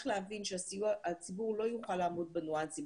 להבין שהציבור לא יוכל לעמוד בניואנסים.